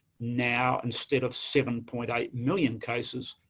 now, instead of seven point eight million cases,